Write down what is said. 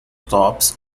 tops